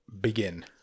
begin